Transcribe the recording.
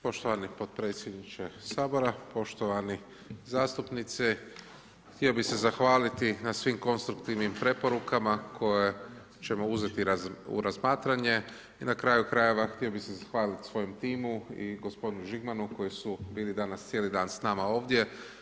Poštovani potpredsjedniče Sabora, poštovane zastupnice, htio bi se zahvaliti na svim konstruktivnim preporukama koje ćemo uzeti u razmatranje i na kraju krajeva, htio bi se zahvaliti svojem timu i gospodinu Žigmanu, koji su bili danas cijeli dan s nama ovdje.